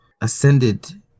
ascended